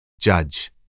judge